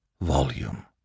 volume